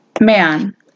man